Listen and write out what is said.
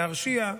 להרשיע,